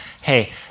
hey